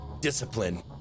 discipline